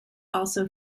also